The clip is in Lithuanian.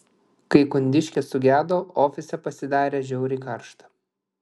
kai kondiškė sugedo ofise pasidarė žiauriai karšta